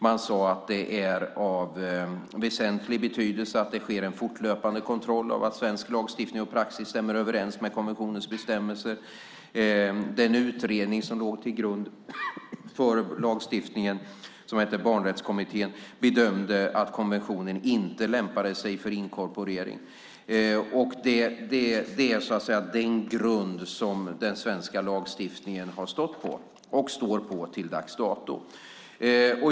Man sade att det är av väsentlig betydelse att det sker en fortlöpande kontroll av att svensk lagstiftning och praxis stämmer överens med konventionens bestämmelser. Den utredning som låg till grund för lagstiftningen, som hette Barnrättskommittén, bedömde att konventionen inte lämpade sig för inkorporering. Det är den grund som den svenska lagstiftningen har stått på till dags dato.